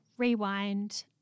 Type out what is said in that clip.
rewind